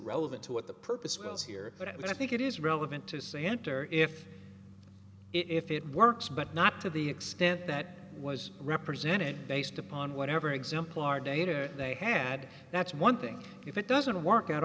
relevant to what the purpose will here but it was i think it is relevant to say enter if it if it works but not to the extent that it was represented based upon whatever exemplar data they had that's one thing if it doesn't work at